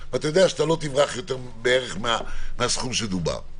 ואתה יודע שלא תברח בערך מהסכום שדובר,